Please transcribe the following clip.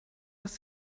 dass